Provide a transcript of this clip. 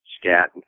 scat